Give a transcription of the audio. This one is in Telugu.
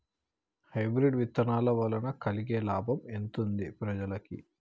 హైబ్రిడ్ విత్తనాల వలన కలిగే లాభం ఎంతుంది ప్రజలకి?